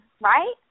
right